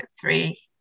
three